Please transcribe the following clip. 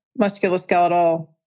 musculoskeletal